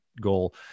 goal